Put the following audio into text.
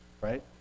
right